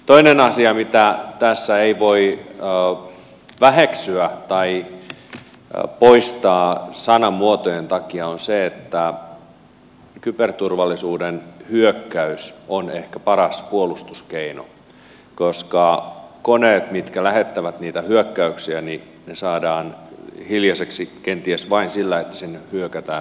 toinen asia mitä tässä ei voi väheksyä tai poistaa sanamuotojen takia on se että kyberturvallisuuden hyökkäys on ehkä paras puolustuskeino koska koneet mitkä lähettävät niitä hyökkäyksiä saadaan hiljaisiksi kenties vain sillä että sinne hyökätään takaisin